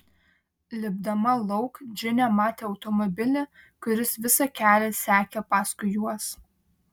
lipdama lauk džinė matė automobilį kuris visą kelią sekė paskui juos